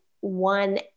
one